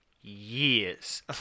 years